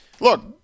look